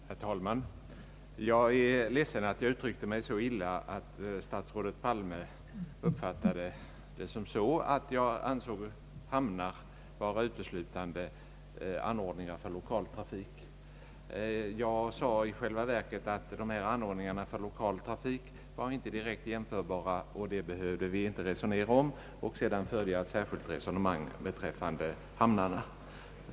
Herr talman! Jag är ledsen att jag uttryckt mig så illa att statsrådet Palme fått den uppfattningen att jag ansåg att hamnar var anordningar uteslutande för lokaltrafik. Jag sade i själva verket att anordningar för lokaltrafik inte var direkt jämförbara med flygplatser och att det var onödigt att resonera om det. Sedan förde jag ett särskilt resonemang beträffande hamnarna.